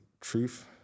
truth